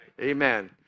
Amen